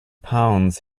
pounds